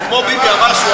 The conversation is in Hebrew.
זה כמו ביבי, אמר שהוא,